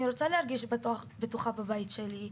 אני רוצה להרגיש בטוחה בבית שלי,